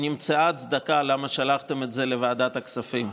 שנמצאה הצדקה לכך ששלחתם את זה לוועדת הכספים.